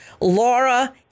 Laura